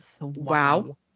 wow